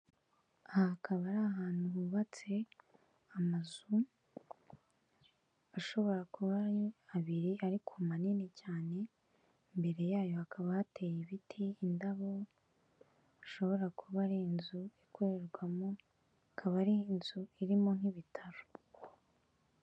Aha hakaba ari ahantu hubatse amazu, ashobora kuba ari abiri ariko manini cyane, imbere yayo hakaba hateye ibiti, indabo, ishobora kuba ari inzu ikorerwamo, akaba ari inzu irimo nk'ibitaro.